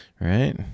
right